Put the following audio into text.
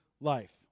life